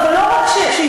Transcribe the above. ולא רק שהצביעו,